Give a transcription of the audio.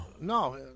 no